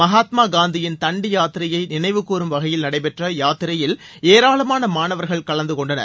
மகாத்மா காந்தியின் தண்டி யாத்திரையை நினைவுகூறம் வகையில் நடைபெற்ற யாத்திரையில் ஏராளமான மாணவர்கள் கலந்துகொண்டனர்